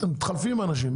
מתחלפים אנשים.